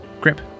Grip